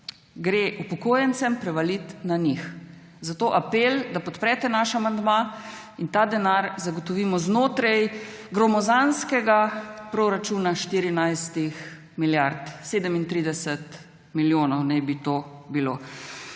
gre upokojencem, prevaliti na njih. Zato apel, da podprete naš amandma in ta denar zagotovimo znotraj gromozanskega proračuna 14 milijard. 37 milijonov naj bi to bilo.